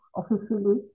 officially